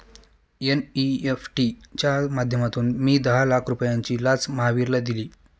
NEFT च्या माध्यमातून मी दहा लाख रुपयांची लाच महावीरला दिली